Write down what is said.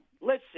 listen